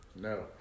No